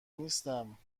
نیستم